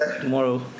tomorrow